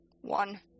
One